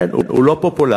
כן, הוא לא פופולרי,